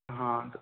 हाँ